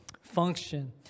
function